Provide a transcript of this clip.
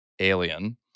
Alien